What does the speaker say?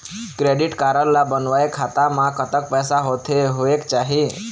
Credit card ला बनवाए खाता मा कतक पैसा होथे होएक चाही?